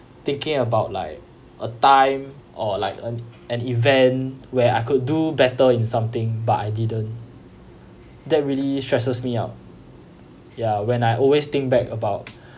thinking about like a time or like an an event where I could do better in something but I didn't that really stresses me out ya when I always think back about